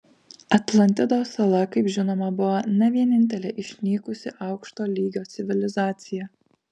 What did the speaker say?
atlantidos sala kaip žinoma buvo ne vienintelė išnykusi aukšto lygio civilizacija